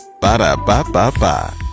Ba-da-ba-ba-ba